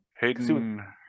Hayden